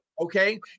okay